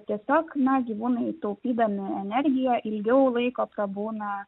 tiesiog na gyvūnai taupydami energiją ilgiau laiko prabūna